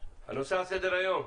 הנושא על סדר היום: